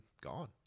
gone